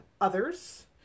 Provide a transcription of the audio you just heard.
others